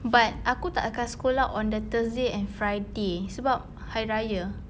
but aku tak akan sekolah on the thursday and friday sebab hari raya